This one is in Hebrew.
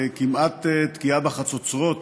כמעט תקיעה בחצוצרות,